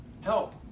help